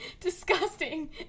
disgusting